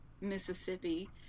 Mississippi